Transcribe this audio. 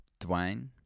Dwayne